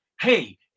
hey